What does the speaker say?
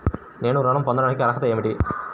నేను ఋణం పొందటానికి అర్హత ఏమిటి?